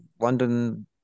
London